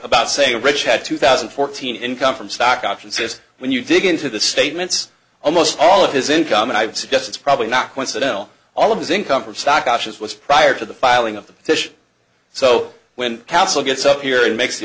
about saying rich had two thousand and fourteen income from stock options is when you dig into the statements almost all of his income and i would suggest it's probably not coincidental all of his income for stock options was prior to the filing of the fish so when council gets up here and makes